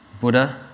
Buddha